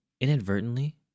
inadvertently